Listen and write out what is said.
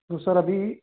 तो सर अभी